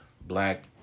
black